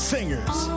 Singers